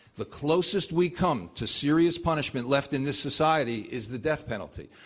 the closest we come to serious punishment left in this society is the death penalty.